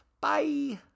Bye